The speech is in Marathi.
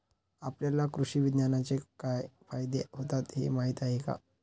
आपल्याला कृषी विज्ञानाचे काय फायदे होतात हे माहीत आहे का?